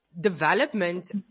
development